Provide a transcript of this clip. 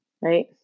Right